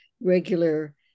regular